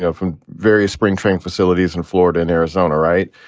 ah from various spring training facilities in florida and arizona. right.